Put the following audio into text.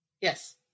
yes